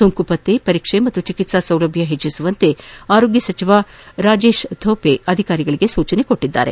ಸೋಂಕು ಪತ್ತೆ ಪರೀಕ್ಷಾ ಮತ್ತು ಚಿಕಿತ್ಪಾ ಸೌಲಭ್ಯವನ್ನು ಹೆಚ್ಚಿಸುವಂತೆ ಆರೋಗ್ಯ ಸಚಿವ ರಾಜೇಶ್ ತೋಪೆ ಅಧಿಕಾರಿಗಳಿಗೆ ಸೂಚಿಸಿದ್ದಾರೆ